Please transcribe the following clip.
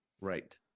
Right